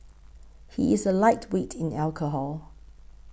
he is a lightweight in alcohol